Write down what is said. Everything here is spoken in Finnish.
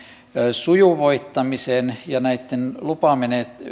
sujuvoittamisen ja näitten